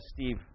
Steve